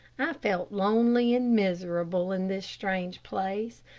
i felt lonely and miserable in this strange place.